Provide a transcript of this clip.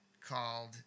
called